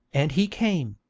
and he came,